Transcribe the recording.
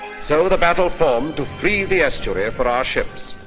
so the battle formed to free the estuary for our ships.